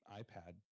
iPad